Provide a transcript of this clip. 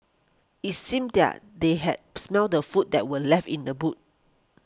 it's seemed there they had smelt the food that were left in the boot